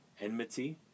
enmity